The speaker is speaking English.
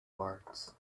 words